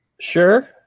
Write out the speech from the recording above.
Sure